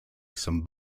some